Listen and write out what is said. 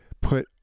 put